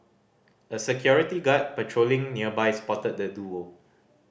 a security guard patrolling nearby spotted the duo